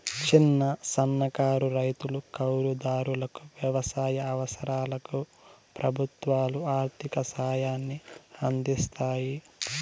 చిన్న, సన్నకారు రైతులు, కౌలు దారులకు వ్యవసాయ అవసరాలకు ప్రభుత్వాలు ఆర్ధిక సాయాన్ని అందిస్తాయి